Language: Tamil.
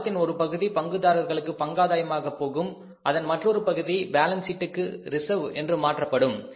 லாபத்தின் ஒரு பகுதி பங்குதாரர்களுக்கு பங்காதாயமாக போகும் அதன் மற்றொரு பகுதி பேலன்ஸ் சீட்டுக்கு ரிசர்வ் என்று மாற்றப்படும்